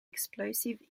explosive